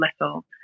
little